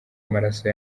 amaraso